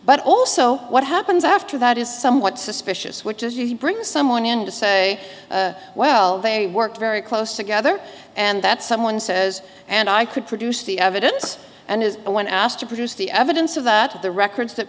but also what happens after that is somewhat suspicious which is you bring someone in to say well they work very close together and that someone says and i could produce the evidence and his but when asked to produce the evidence of that the records that